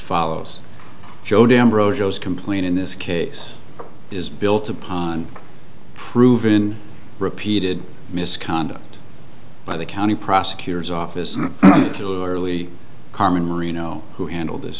follows joe d'ambrosio complain in this case is built upon proven repeated misconduct by the county prosecutor's office not to early carmen marino who handled this